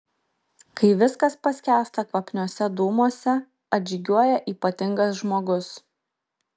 kai viskas paskęsta kvapniuose dūmuose atžygiuoja ypatingas žmogus